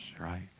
right